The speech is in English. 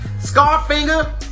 Scarfinger